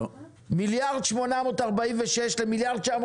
כל השאר לא עבר ניוד.